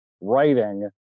writing